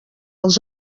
els